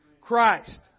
Christ